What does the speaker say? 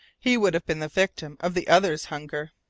he would have been the victim of the others' hunger.